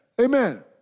Amen